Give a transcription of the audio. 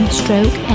stroke